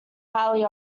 highly